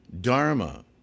dharma